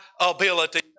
ability